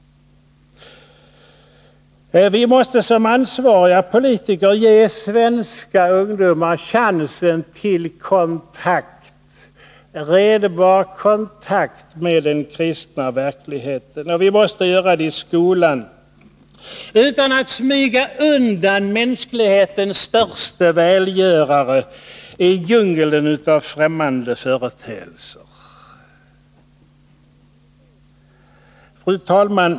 Vi måste som ansvariga politiker ge svenska ungdomar chansen till redbar kontakt med den kristna verkligheten, och vi måste göra det i skolan utan att smyga undan mänsklighetens störste välgörare i djungeln av främmande företeelser. Fru talman!